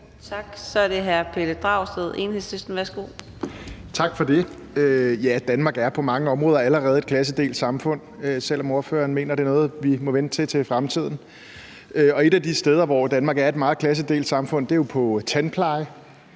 Tak. Så er det hr. Pelle Dragsted, Enhedslisten. Værsgo. Kl. 13:23 Pelle Dragsted (EL): Tak for det. Danmark er på mange områder allerede et klassedelt samfund, selv om ordføreren mener, det er noget, vi må vente med til fremtiden. Og et af de steder, hvor Danmark er et meget klassedelt samfund, er i forhold til tandpleje,